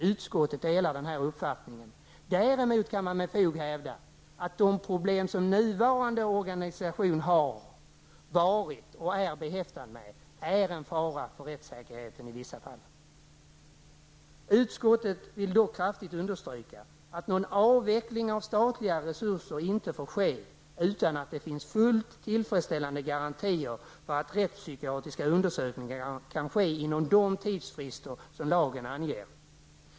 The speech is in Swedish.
Utskottet delar denna uppfattning. Däremot kan man med fog hävda att de problem som nuvarande organisation har varit och är behäftad med i vissa fall är en fara för rättssäkerheten. Utskottet vill dock kraftigt understryka att någon avveckling av statliga resurser inte får ske utan att det finns fullt tillfredsställande garantier för att rättspsykiatriska undersökningar kan ske inom de tidsfrister som lagen anger.